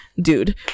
Dude